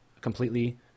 completely